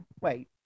wait